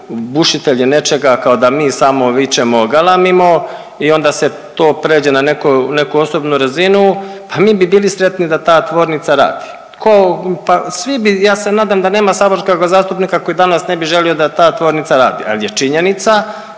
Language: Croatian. bušitelji nečega, kao da bi samo vičemo, galamimo i onda se to pređe na neku, neku osobnu razinu, pa mi bi bili sretni da ta tvornica radi. Tko, pa svi bi, ja se nadam da nema saborskoga zastupnika koji danas ne bi želio da ta tvornica radi, ali je činjenica